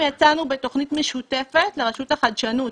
יצאנו בתכנית משותפת לרשות החדשנות